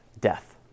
death